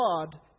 God